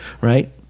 right